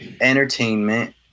entertainment